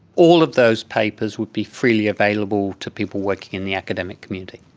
all of those papers would be freely available to people working in the academic community.